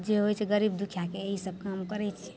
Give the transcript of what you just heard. जे होइ छै गरीब दुखिआके ईसब काम करै छिए